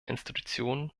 institutionen